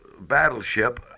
Battleship